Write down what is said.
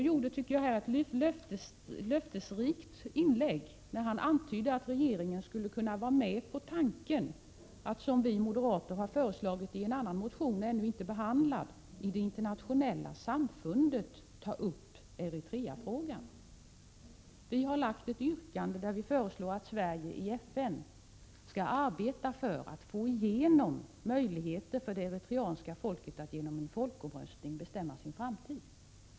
Jag tycker att Stig Alemyr gjorde ett löftesrikt inlägg när han antydde att regeringen skulle kunna vara med på tanken att, som vi moderater har föreslagit i en ännu inte behandlad motion, i det internationella samfundet ta upp Eritreafrågan. Vi har lagt fram ett yrkande om att Sverige i FN skall arbeta för att få igenom möjligheter för det eritreanska folket att genom en folkomröstning bestämma sin framtid.